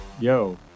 Yo